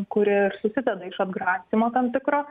kuri ir susideda iš atgrasymo tam tikro